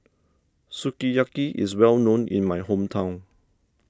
Sukiyaki is well known in my hometown